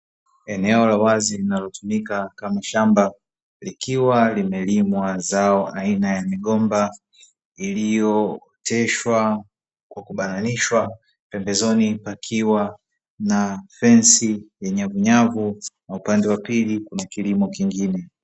Eneo la wazi linalo tumika kama shamba likiwa limelimelmwa zao aina ya migomba iliyo oteshwa kwa kubananishwa, pembezoni pakiwa na fensi ya nyavunyavu na upande wapili kunakilimo kingine.